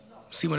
סימון,